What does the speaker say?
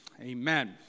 Amen